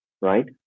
right